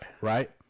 Right